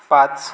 पाच